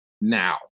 Now